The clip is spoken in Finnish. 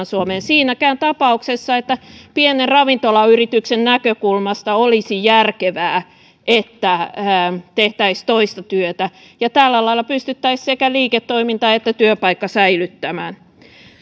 suomeen siinäkään tapauksessa että pienen ravintolayrityksen näkökulmasta olisi järkevää että tehtäisiin toista työtä ja tällä lailla pystyttäisiin sekä liiketoiminta että työpaikka säilyttämään